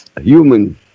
human